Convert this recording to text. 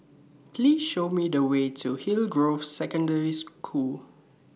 Please Show Me The Way to Hillgrove Secondary School